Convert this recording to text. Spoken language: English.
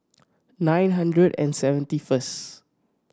nine hundred and seventy first